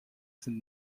sind